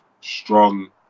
Strong